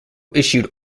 issued